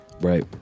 right